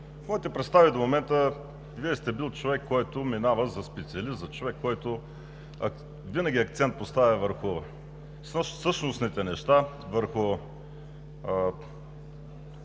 моите представи до момента Вие сте бил човек, който минава за специалист, за човек, който поставя винаги акцент върху същностните неща, върху